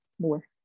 more